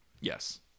yes